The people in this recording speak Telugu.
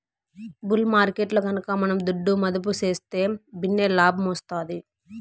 బుల్ మార్కెట్టులో గనక మనం దుడ్డు మదుపు సేస్తే భిన్నే లాబ్మొస్తాది